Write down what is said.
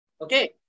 Okay